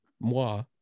moi